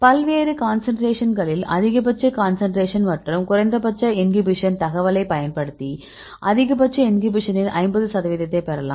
பல்வேறு கான்சன்ட்ரேஷன்களில் அதிகபட்ச கான்சன்ட்ரேஷன் மற்றும் குறைந்தபட்ச இன்ஹிபிஷன் தகவலை பயன்படுத்தி அதிகபட்ச இன்ஹிபிஷனின் 50 சதவீதத்தை பெறலாம்